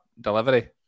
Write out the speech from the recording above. delivery